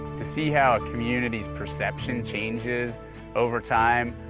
to see how a community's perception changes over time,